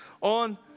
On